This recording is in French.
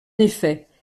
effet